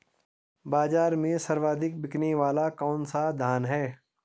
बाज़ार में सर्वाधिक बिकने वाला कौनसा धान है?